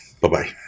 Bye-bye